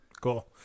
Cool